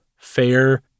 fair